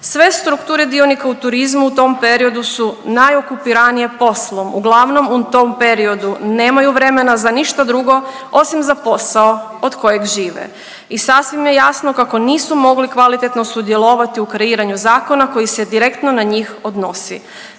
Sve strukture dionika u turizmu u tom periodu su najokupiranija poslom, uglavnom u tom periodu nemaju vremena za ništa drugo osim za posao od kojeg žive i sasvim je jasno kako nisu mogli kvalitetno sudjelovati u kreiranju zakona koji se direktno na njih odnosi.